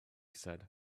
said